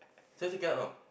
this one actually cannot know